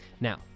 Now